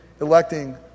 electing